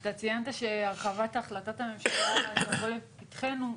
אתה ציינת שהרחבת החלטת הממשלה לא תבוא לפתחנו.